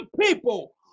people